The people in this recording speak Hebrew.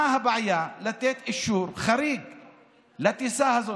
מה הבעיה לתת אישור חריג לטיסה הזאת,